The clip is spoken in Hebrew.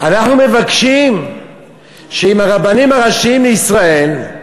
אנחנו מבקשים שעם הרבנים הראשיים לישראל,